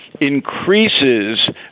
Increases